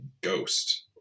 Ghost